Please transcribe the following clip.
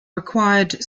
required